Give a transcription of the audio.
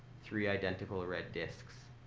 three identical red disks,